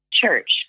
church